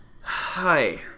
Hi